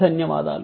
ధన్యవాదాలు